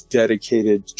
dedicated